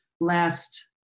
last